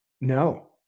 No